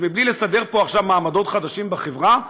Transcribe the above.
אז בלי לסדר פה עכשיו מעמדות חדשים בחברה,